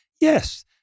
Yes